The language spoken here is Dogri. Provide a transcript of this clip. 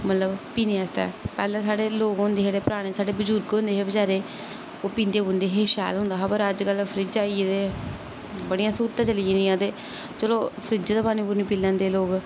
मतलब पीने आस्तै पैह्ले साढ़े लोक होंदे हे जेह्ड़े पराने साढ़े बजुर्ग होंदे हे बेचारे ओह् पींदे पूंदे हे शैल होंदा हा पर अज्जकल फ्रिज आई गेदे बड़ियां स्हूलतां चली गेदियां ते चलो फ्रिज दा पानी पूनी पी लैंदे लोक